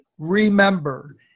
Remember